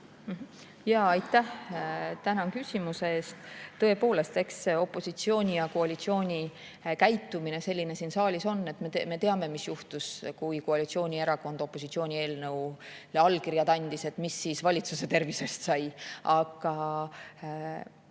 Jaa, aitäh! Tänan küsimuse eest! Tõepoolest, eks opositsiooni ja koalitsiooni käitumine selline siin saalis on. Me teame, mis juhtus, kui koalitsioonierakond opositsiooni eelnõule allkirjad andis, mis siis valitsuse tervisest sai. Ma